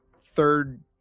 third